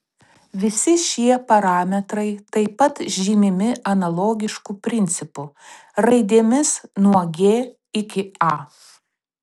visi šie parametrai taip pat žymimi analogišku principu raidėmis nuo g iki a